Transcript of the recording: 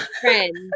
friends